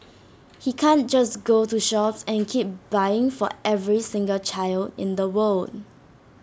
he can't just go to shops and keep buying for every single child in the world